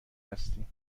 هستیم